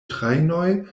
trajnoj